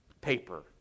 paper